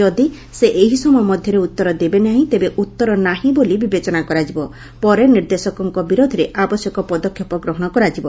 ଯଦି ସେ ଏହି ସମୟମଧ୍ଧରେ ଉତ୍ତର ଦେବେ ନାହିଁ ତେବେ ଉଉର ନାହିଁ ବୋଲି ବିବେଚନା କରାଯିବା ପରେ ନିର୍ଦ୍ଦେଶକଙ୍କ ବିରୋଧରେ ଆବଶ୍ୟକ ପଦକ୍ଷେପ ଗ୍ରହଣ କରାଯିବ